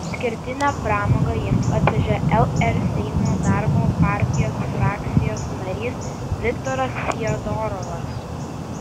išskirtinę pramogą jiems atvežė lr seimo darbo partijos frakcijos narys viktoras fiodorovas